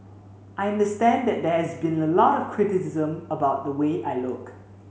i understand that there's been a lot of criticism about the way I look